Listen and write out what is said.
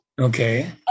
Okay